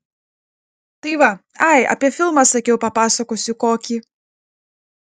tai va ai apie filmą sakiau papasakosiu kokį